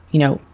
you know,